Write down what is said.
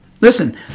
Listen